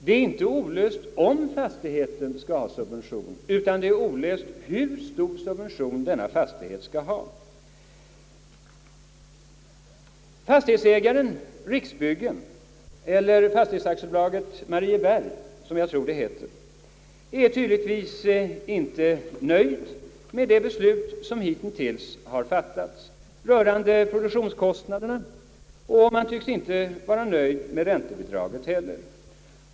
Det är inte olöst huruvida fastigheten skall ha subvention eller ej, utan frågan gäller hur stor subvention denna fastighet skall ha. Fastighetsägaren, Riksbyggen eller Fastighetsaktiebolaget Marieberg, som jag tror det heter, är tydligen inte nöjd med det beslut som hittills har fattats rörande produktionskostnaderna och tycks inte heller vara nöjd med räntebidraget.